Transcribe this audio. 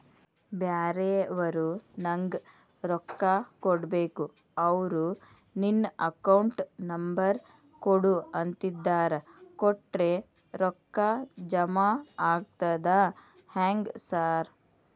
ಬ್ಯಾರೆವರು ನಂಗ್ ರೊಕ್ಕಾ ಕೊಡ್ಬೇಕು ಅವ್ರು ನಿನ್ ಅಕೌಂಟ್ ನಂಬರ್ ಕೊಡು ಅಂತಿದ್ದಾರ ಕೊಟ್ರೆ ರೊಕ್ಕ ಜಮಾ ಆಗ್ತದಾ ಹೆಂಗ್ ಸಾರ್?